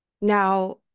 Now